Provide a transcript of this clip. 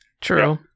True